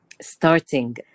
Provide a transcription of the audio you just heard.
starting